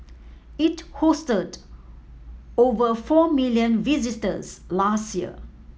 it hosted over four million visitors last year